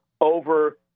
over